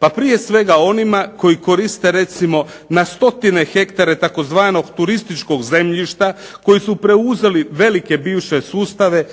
Pa prije svega onima koji koriste recimo na stotine hektara tzv. turističkog zemljišta koji su preuzeli velike bivše sustave